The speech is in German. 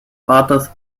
vaters